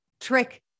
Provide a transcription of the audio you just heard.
trick